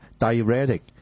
diuretic